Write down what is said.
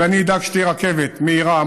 ואני אדאג שתהיה רכבת מהירה,